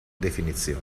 definizione